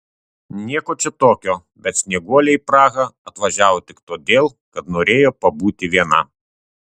nieko čia tokio bet snieguolė į prahą atvažiavo tik todėl kad norėjo pabūti viena